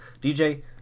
DJ